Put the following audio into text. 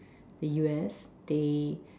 the U_S they